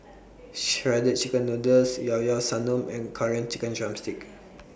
Shredded Chicken Noodles Yao Yao Sanum and Curry Chicken Drumstick